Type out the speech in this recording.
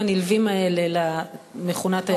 הנלווים האלה למכונה "תיירות רפואית".